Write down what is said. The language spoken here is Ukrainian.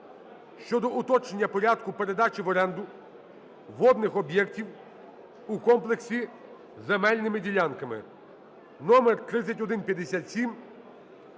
щодо уточнення порядку передачі в оренду водних об'єктів у комплексі з земельними ділянками (№ 3157)